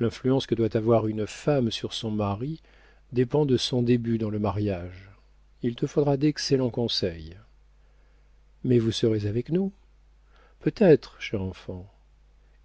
l'influence que doit avoir une femme sur son mari dépend de son début dans le mariage il te faudra d'excellents conseils mais vous serez avec nous peut-être chère enfant